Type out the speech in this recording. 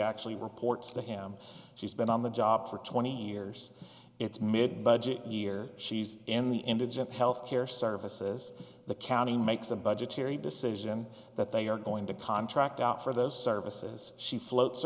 actually reports to him she's been on the job for twenty years it's made budget year she's in the indigent health care services the county makes a budgetary decision that they are going to contract out for those services she floats